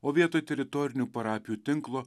o vietoj teritorinių parapijų tinklo